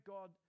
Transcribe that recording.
God